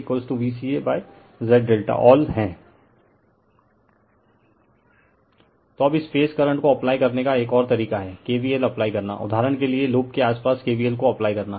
refer slide time 0843 तो अब इस फेज करंट को अप्लाई करने का एक और तरीका हैं KVL अप्लाई करनाउदहारण के लिए लूप के आसपास KVL को अप्लाई करना